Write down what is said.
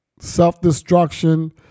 self-destruction